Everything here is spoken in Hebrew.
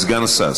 סגן השר,